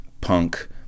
Punk